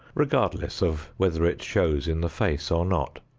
regardless of whether it shows in the face or not.